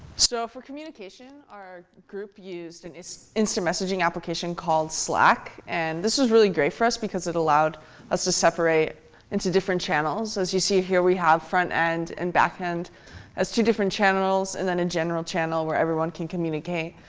so for communication, our group used and an instant messaging application called slack. and this was really great for us, because it allowed us to separate into different channels. as you see here, we have frontend and backend as two different channels and then a general channel where everyone can communicate.